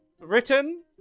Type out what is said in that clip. written